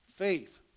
Faith